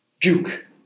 Juke